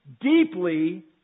deeply